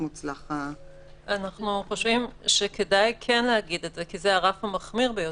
אנחנו חושבים שכדאי כן להגיד את זה כי זה הרף המחמיר ביותר.